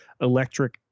electric